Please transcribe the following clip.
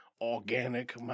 organic